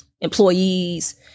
employees